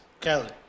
Kelly